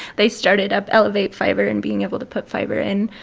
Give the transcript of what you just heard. they started up elevate fiber and being able to put fiber in.